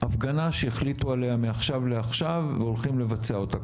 הפגנה שהחליטו עליה מעכשיו לעכשיו והולכים לבצע אותה.